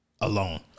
alone